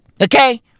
Okay